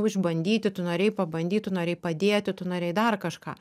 išbandyti tu norėjai pabandyt tu norėjai padėti tu norėjai dar kažką